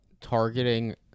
targeting